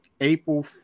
April